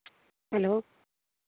hello